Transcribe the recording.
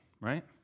right